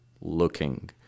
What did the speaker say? looking